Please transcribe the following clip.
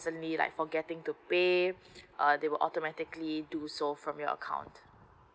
like forgetting to pay uh they will automatically do so from your account